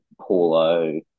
Paulo